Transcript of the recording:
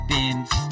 Bins